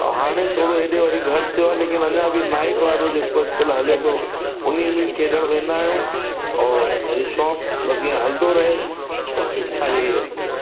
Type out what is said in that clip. ऐं हाणे थोरो एॾे वरी घटि थियो आहे लेकिन अञा बि नाइट वारो जेको अॼकल्ह हले थो उनमें खेॾण वेंदा आहियूं और हे शौंक़ु बसि ईअं हलदो रहे बसि इच्छा इहेई रहंदी आहे